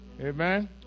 Amen